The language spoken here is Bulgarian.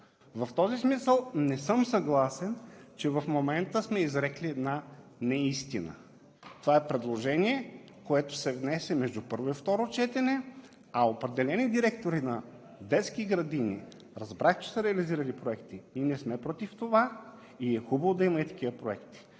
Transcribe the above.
В този смисъл не съм съгласен, че в момента сме изрекли една неистина. Това е предложение, което се внесе между първо и второ четене. Определени директори на детски градини, разбрах, че са реализирали проекти, не сме против това и е хубаво да има и такива проекти,